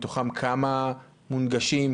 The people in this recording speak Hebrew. מתוכם כמה מונגשים,